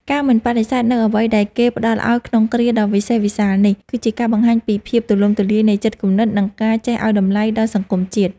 ការមិនបដិសេធនូវអ្វីដែលគេផ្តល់ឱ្យក្នុងគ្រាដ៏វិសេសវិសាលនេះ គឺជាការបង្ហាញពីភាពទូលំទូលាយនៃចិត្តគំនិត និងការចេះឱ្យតម្លៃដល់សង្គមជាតិ។